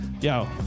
yo